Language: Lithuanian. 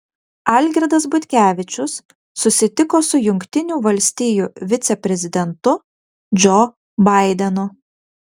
algirdas butkevičius susitiko su jungtinių valstijų viceprezidentu džo baidenu